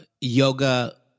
yoga